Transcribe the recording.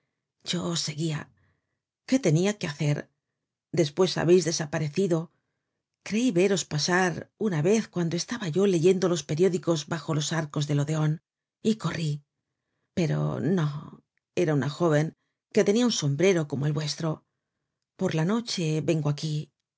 yo os seguia qué tenia que hacer qespues habeis desaparecido creí veros pasar una vez cuando estaba yo leyendo los periódicos bajo los arcos del odeon y corrí pero no era una jóven que tenia un sombrero como el vuestro por la noche vengo aquí